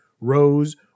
rose